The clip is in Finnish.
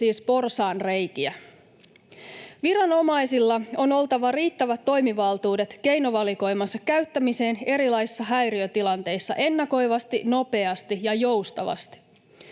siis porsaanreikiä. Viranomaisilla on oltava riittävät toimivaltuudet keinovalikoimansa käyttämiseen erilaisissa häiriötilanteissa ennakoivasti, nopeasti ja joustavasti.